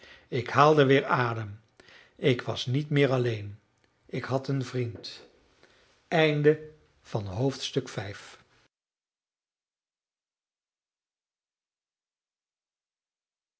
ik haalde weer adem ik was niet meer alleen ik had een vriend